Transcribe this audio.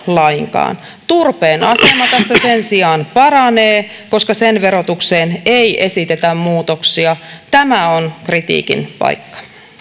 lainkaan turpeen asema tässä sen sijaan paranee koska sen verotukseen ei esitetä muutoksia tämä on kritiikin paikka